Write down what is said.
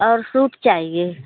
और सूट चाहिए